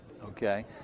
Okay